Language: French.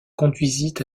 conduisit